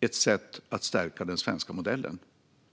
ett sätt att stärka den svenska modellen.